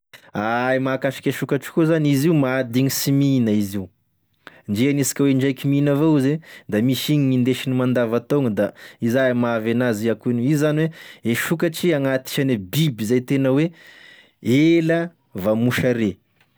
E mahakasiky sokatra koa zany, izy io mahadigny sy mihina izy io, ndre anisika hoe indraiky mihina avao izy e, da misy iny gnindesiny mandava-taogna da iza e mahavy an'azy akoinio izany hoe e sokatry agnaty isane biby zay tena hoe ela vao mosare.